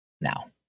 now